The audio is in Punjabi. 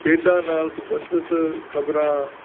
ਖੇਡਾਂ ਨਾਲ ਸੰਬੰਧਿਤ ਖਬਰਾਂ